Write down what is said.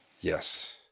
Yes